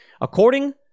According